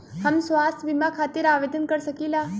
हम स्वास्थ्य बीमा खातिर आवेदन कर सकीला?